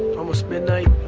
almost midnight.